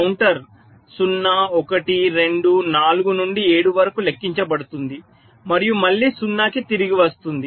counter 0 1 2 4 నుండి 7 వరకు లెక్కించబడుతుంది మరియు మళ్ళీ 0 కి తిరిగి వస్తుంది